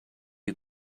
you